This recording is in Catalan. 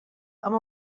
amb